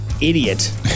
idiot